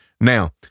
Now